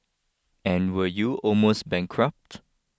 and were you almost bankrupt